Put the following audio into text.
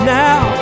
now